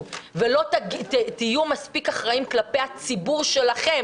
ולא תהיו מספיק אחראים כלפי הציבור שלכם,